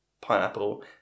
pineapple